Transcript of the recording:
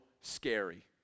scary